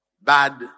bad